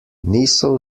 niso